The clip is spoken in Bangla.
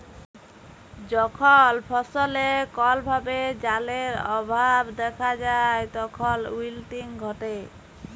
যখল ফসলে কল ভাবে জালের অভাব দ্যাখা যায় তখল উইলটিং ঘটে